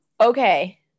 Okay